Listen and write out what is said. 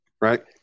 right